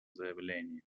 заявлении